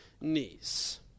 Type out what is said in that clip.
knees